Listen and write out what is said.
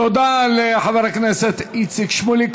תודה לחבר הכנסת איציק שמולי.